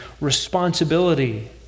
responsibility